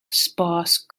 sparse